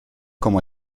como